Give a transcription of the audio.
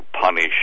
punish